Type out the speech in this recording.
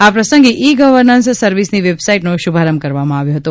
આ પ્રસંગે e governance સર્વિસની વેબસાઇટનો શુભારંભ કરવામાં આવ્યો હતો